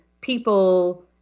people